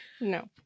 No